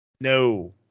No